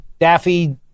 Daffy